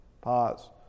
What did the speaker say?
Pause